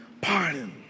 pardon